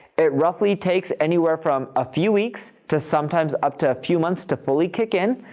it roughly takes anywhere from a few weeks to sometimes up to a few months to fully kick in,